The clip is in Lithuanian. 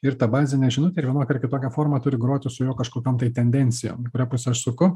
ir ta bazinė žinutė ar vienokia ar kitokia forma turi groti su kažkokiom tendencijom į kurią pusę aš suku